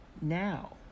now